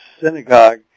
synagogue